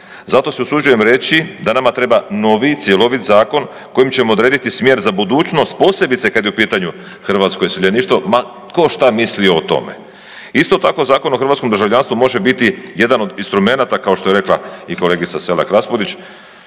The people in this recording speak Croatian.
Zato se usuđujem reći da nama treba novi cjelovit zakon kojim ćemo odrediti smjer za budućnost, posebice kad je u pitanju hrvatsko iseljeništvo ma tko šta mislio o tome. Isto tako, Zakon o hrvatskom državljanstvu može biti jedan od instrumenata, kao što je rekla i kolegica Selak Raspudić,